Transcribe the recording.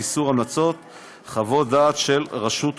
איסור המלצה או חוות דעת של רשות חוקרת),